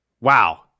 wow